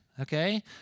okay